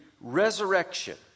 resurrection